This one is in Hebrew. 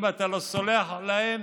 אם אתה לא סולח להם,